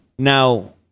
Now